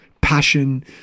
passion